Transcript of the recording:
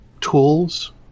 tools